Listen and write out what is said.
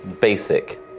Basic